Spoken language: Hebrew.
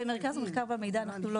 במרכז המחקר והמידע של הכנסת אנחנו לא